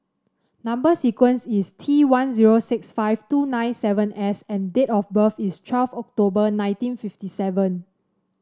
number sequence is T one zero six five two nine seven S and date of birth is twelve October nineteen fifty seven